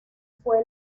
fue